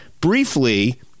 Briefly